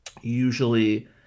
usually